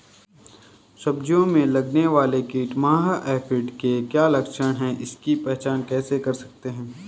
सब्जियों में लगने वाला कीट माह एफिड के क्या लक्षण हैं इसकी पहचान कैसे कर सकते हैं?